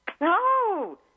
No